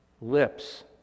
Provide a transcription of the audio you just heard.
lips